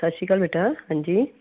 ਸਤਿ ਸ਼੍ਰੀ ਅਕਾਲ ਬੇਟਾ ਹਾਂਜੀ